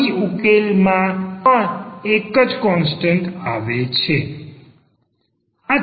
અહીં ઉકેલમાં પણ એક જ કોન્સ્ટન્ટ આવે છે